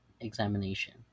examination